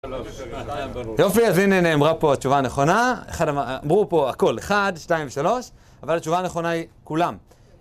יופי, אז הנה נאמרה פה התשובה הנכונה, אחד אמר, אמרו פה הכל 1, 2, 3, אבל התשובה הנכונה היא: כולם.